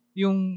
yung